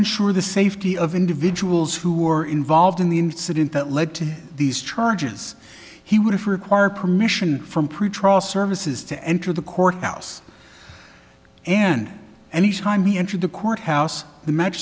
ensure the safety of individuals who are involved in the incident that led to these charges he would require permission from pretrial services to enter the courthouse and and each time he entered the court house the m